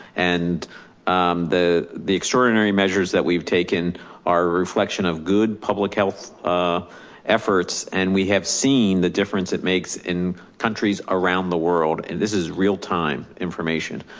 and um the the extraordinary measures that we've taken are reflection of good public health ah efforts. and we have seen the difference it makes in countries around the world. and this is real time information.